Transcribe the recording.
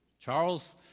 Charles